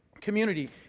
community